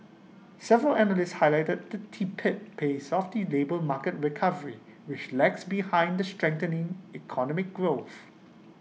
several analysts highlighted the tepid pace of the labour market recovery which lags behind the strengthening economic growth